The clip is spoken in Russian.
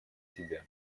себя